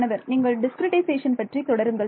மாணவர் நீங்கள் டிஸ்கிரிட்டைசேஷன் பற்றி தொடருங்கள்